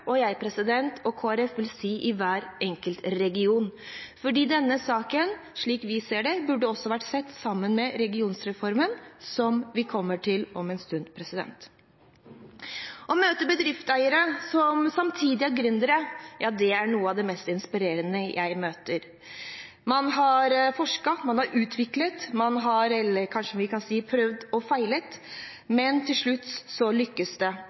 Jeg og Kristelig Folkeparti vil også si i hver enkelt region, for denne saken, slik vi ser det, burde også vært sett sammen med regionreformen, som vi kommer til om en stund. Bedriftseiere som samtidig er gründere, ja, det er noe av det mest inspirerende jeg møter. Man har forsket, man har utviklet – vi kan kanskje si prøvd og feilet – og til slutt lykkes det.